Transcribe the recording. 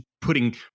putting